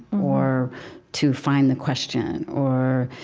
or to find the question. or,